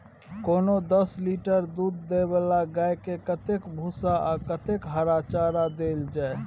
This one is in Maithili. कोनो दस लीटर दूध दै वाला गाय के कतेक भूसा आ कतेक हरा चारा देल जाय?